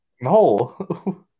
No